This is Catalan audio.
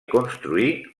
construir